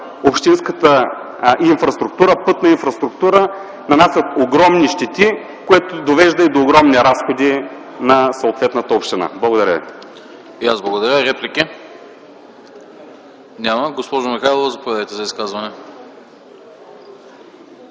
общинската инфраструктура, пътната инфраструктура, нанасят огромни щети, което довежда и до огромни разходи на съответната община. Благодаря, ви. ПРЕДСЕДАТЕЛ АНАСТАС АНАСТАСОВ: И аз благодаря. Реплики? Няма. Госпожо Михайлова, заповядайте за изказване.